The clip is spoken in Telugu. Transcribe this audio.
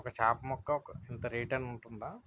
ఒక చేప ముక్క ఒక ఇంత రేటు అని ఉంటుందా